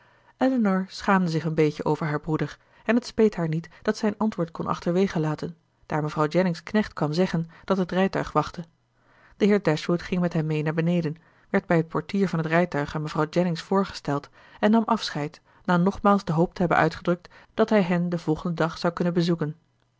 elinor schaamde zich een beetje over haar broeder en het speet haar niet dat zij een antwoord kon achterwege laten daar mevrouw jennings knecht kwam zeggen dat het rijtuig wachtte de heer dashwood ging met hen mee naar beneden werd bij het portier van het rijtuig aan mevrouw jennings voorgesteld en nam afscheid na nogmaals de hoop te hebben uitgedrukt dat hij hen den volgenden dag zou kunnen bezoeken